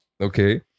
okay